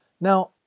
Now